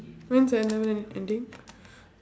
when's her N level ending